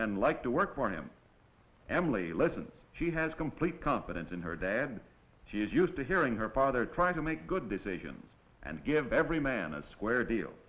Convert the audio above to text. men like to work for him emily less and she has complete confidence in her dad she is used to hearing her father trying to make good decisions and give every man a square deal